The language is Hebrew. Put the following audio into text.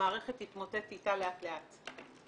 המערכת תתמוטט איתה לאט לאט.